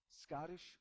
Scottish